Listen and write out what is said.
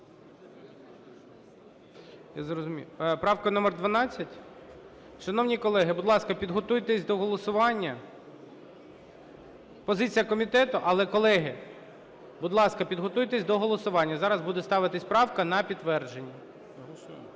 Я зрозумів. Правка номер 12? Шановні колеги, будь ласка, підготуйтесь до голосування. Позиція комітету. Але, колеги, підготуйтесь до голосування, зараз буде ставитися правка на підтвердження. Позиція